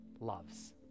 loves